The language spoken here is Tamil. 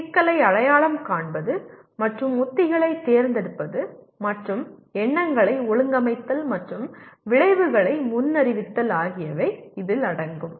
சிக்கலை அடையாளம் காண்பது மற்றும் உத்திகளைத் தேர்ந்தெடுப்பது மற்றும் எண்ணங்களை ஒழுங்கமைத்தல் மற்றும் விளைவுகளை முன்னறிவித்தல் ஆகியவை இதில் அடங்கும்